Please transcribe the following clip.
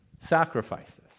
sacrifices